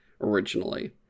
originally